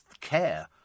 care